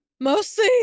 mostly